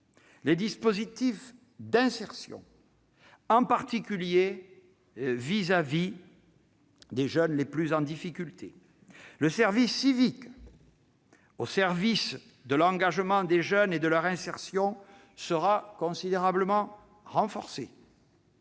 les dispositifs d'insertion, en particulier à l'intention des jeunes les plus en difficulté. Le service civique, au service de l'engagement des jeunes et de leur insertion, sera considérablement renforcé.